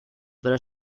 pero